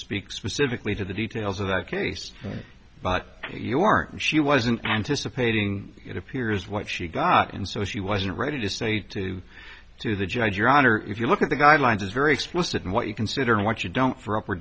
speak specifically to the details of the case but you aren't and she wasn't anticipating it appears what she got and so she wasn't ready to say to to the judge your honor if you look at the guidelines is very explicit in what you consider and what you don't for up